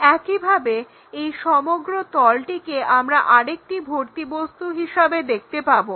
একইভাবে এই সমগ্র তলটিকে আমরা আরেকটি ভর্তি বস্তু হিসেবে দেখতে পাবো